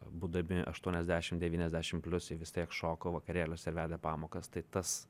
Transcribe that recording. būdami aštuoniasdešim devyniasdešim plius jie vis tiek šoko vakarėliuose vedė pamokas tai tas